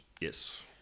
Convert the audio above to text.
Yes